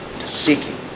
seeking